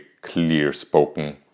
clear-spoken